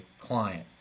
client